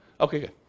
Okay